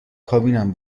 کابینم